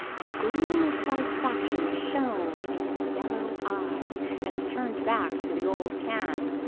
and a gleam of satisfaction shone in his yellow eyes as he turned back to the old can.